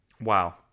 wow